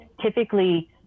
typically